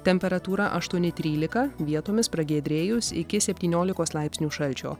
temperatūra aštuoni trylika vietomis pragiedrėjus iki septyniolikos laipsnių šalčio